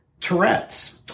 Tourette's